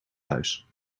huis